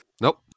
Nope